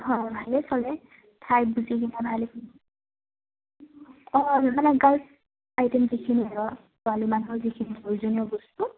হয় ভালে চলে ঠাই বুজি কিনে ভালে অঁ মানে আইটেম যিখিনি ছোৱালী মানুহৰ যিখিনি প্ৰয়োজনীয় বস্তু